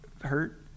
hurt